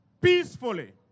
peacefully